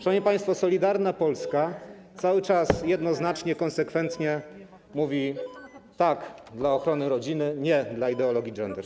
Szanowni państwo, Solidarna Polska cały czas jednoznacznie, konsekwentnie mówi: tak dla ochrony rodziny, nie dla ideologii gender.